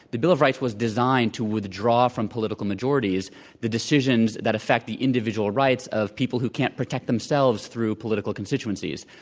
the bill of rights was designed to withdraw from political the majorities the decisions that affect the individual rights of people who can't protect themselves through political constitue ncies.